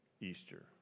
Easter